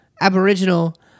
Aboriginal